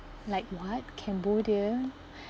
like what cambodia